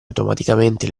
automaticamente